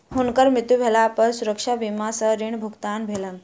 हुनकर मृत्यु भेला पर सुरक्षा बीमा सॅ ऋण भुगतान भेलैन